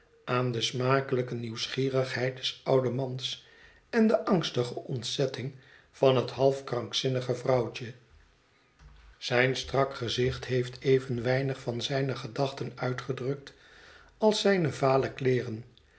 aan de smakelijke nieuwsgierigheid des ouden mans en de angstige ontzetting van het half krankzinnige vrouwtje zijn strak gezicht heeft even weinig van zijne gedachten uitgedrukt als zijne vale